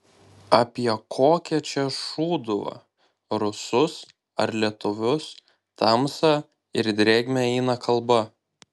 apie kokią čia šūduvą rusus ar lietuvius tamsą ir drėgmę eina kalba